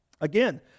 Again